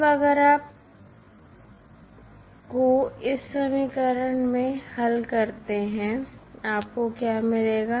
अब अगर आप को इस समीकरण में हल करते हैं आपको क्या मिलेगा